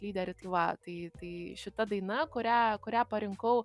lyderį tai va tai tai šita daina kurią kurią parinkau